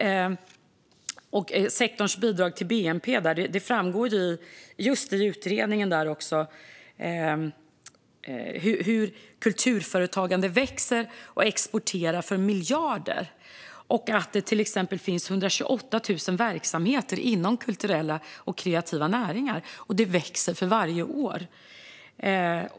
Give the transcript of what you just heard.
När det gäller sektorns bidrag till bnp framgår det i utredningen hur kulturföretagandet växer och exporterar för miljarder. Det finns till exempel 128 000 verksamheter inom kulturella och kreativa näringar, och de växer för varje år.